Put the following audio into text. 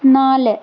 നാല്